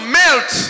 melt